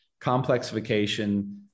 complexification